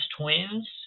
twins